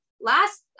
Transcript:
last